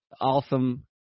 awesome